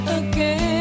again